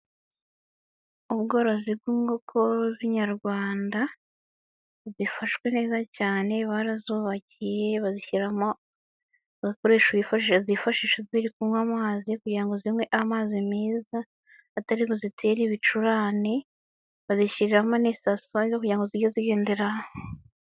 Ubworozi bw'inkoko z'inyarwanda zifashwe neza cyane barazubakiye bazishyirriramo ibikoresho zifashisha ziri kunywa amazi kugira ngo zimwe amazi meza atari buzitere ibicurane, bazishyirariramo n'isaso kugira ngo zijye zigenderaho.